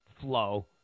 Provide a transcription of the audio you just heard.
flow